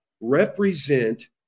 represent